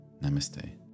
Namaste